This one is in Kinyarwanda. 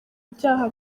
ibyaha